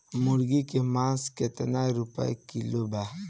मुर्गी के मांस केतना रुपया किलो बा?